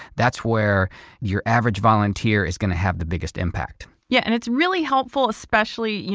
that's where your average volunteer is going to have the biggest impact. yeah, and it's really helpful, especially, you